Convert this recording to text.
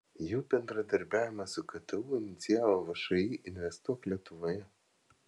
jų bendradarbiavimą su ktu inicijavo všį investuok lietuvoje